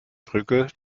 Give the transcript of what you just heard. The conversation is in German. brücke